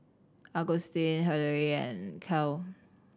Augustin Hillery and Cael